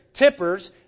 tippers